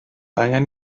angen